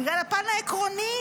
בגלל הפן העקרוני,